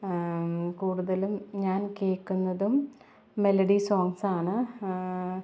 കൂടുതലും ഞാൻ കേൾക്കുന്നതും മെലഡി സോങ്സ് ആണ്